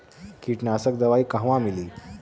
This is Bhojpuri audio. कीटनाशक दवाई कहवा मिली?